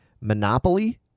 Monopoly